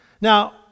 now